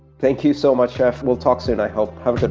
thank you so much, jeff. we'll talk soon i hope. have a good